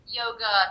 yoga